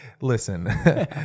listen